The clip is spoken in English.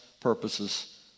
purposes